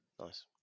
Nice